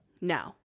now